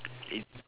it's